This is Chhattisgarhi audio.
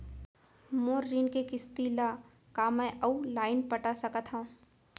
मोर ऋण के किसती ला का मैं अऊ लाइन पटा सकत हव?